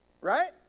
Right